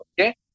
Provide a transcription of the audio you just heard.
Okay